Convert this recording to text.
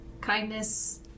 kindness